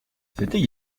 c’était